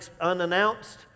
unannounced